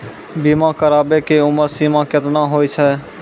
बीमा कराबै के उमर सीमा केतना होय छै?